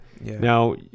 Now